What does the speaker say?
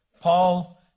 Paul